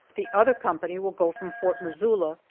the other company will go from fort missoula,